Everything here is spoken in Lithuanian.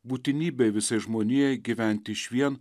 būtinybė visai žmonijai gyventi išvien